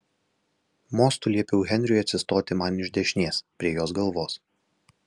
mostu liepiau henriui atsistoti man iš dešinės prie jos galvos